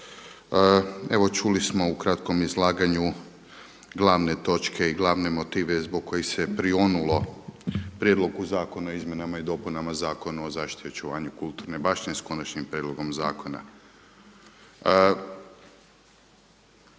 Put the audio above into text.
evo čuli smo u kratkom izlaganju glavne točke i glavne motive zbog kojih se prionulo Prijedlogu zakona o izmjenama i dopunama Zakona o zaštiti i očuvanju kulturne baštine s Konačnim prijedlogom zakona.